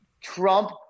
Trump